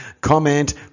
comment